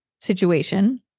situation